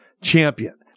champion